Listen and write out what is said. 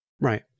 Right